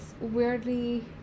weirdly